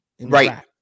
Right